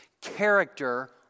Character